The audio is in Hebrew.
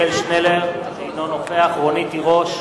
אינו נוכח רונית תירוש,